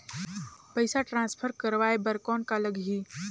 पइसा ट्रांसफर करवाय बर कौन का लगही?